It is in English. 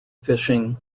fishing